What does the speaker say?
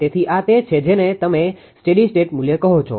તેથી આ તે છે જેને તમે સ્ટેડી સ્ટેટ મૂલ્ય કહો છો